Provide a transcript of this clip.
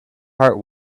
heart